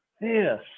yes